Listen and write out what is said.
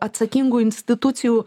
atsakingų institucijų